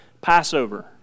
Passover